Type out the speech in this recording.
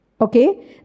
Okay